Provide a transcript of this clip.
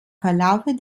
verlaufe